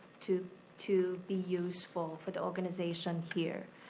to to be used for for the organization here,